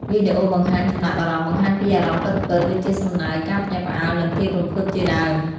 វីដេអូបង្ហាញចំណាប់អារម្មណ៍ បង្ហាញពីអារម្មណ៍ពិតៗ ដូចជាសំណើច ការភ្ញាក់ផ្អើល និងភាពរំភើបជាដើម។